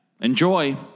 Enjoy